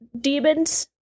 demons